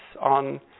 on